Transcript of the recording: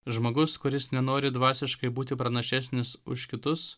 žmogus kuris nenori dvasiškai būti pranašesnis už kitus